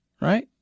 Right